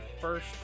first